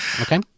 Okay